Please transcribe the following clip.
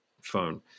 phone